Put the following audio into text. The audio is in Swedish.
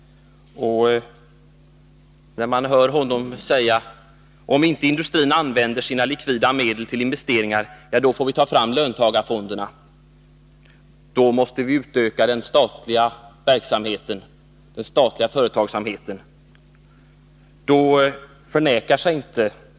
Bernt Nilsson säger: ”Om inte industrin använder sina likvida medel till investeringar, får vi ta fram löntagarfonderna. Då måste vi utöka den statliga företagsamheten.” Bernt Nilsson och hans parti förnekar sig inte.